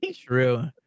true